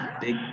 big